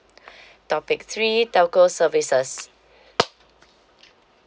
topic three telco services